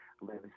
lives